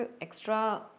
extra